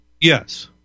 Yes